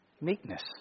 Meekness